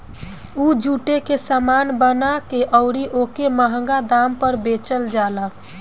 उ जुटे के सामान बना के अउरी ओके मंहगा दाम पर बेचल जाला